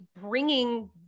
bringing